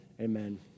Amen